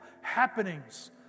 happenings